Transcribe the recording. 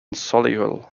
solihull